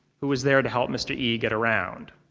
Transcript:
who was there to help mr. yi get around.